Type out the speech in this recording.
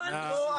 לא נכון.